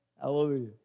Hallelujah